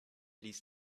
ließ